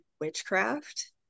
witchcraft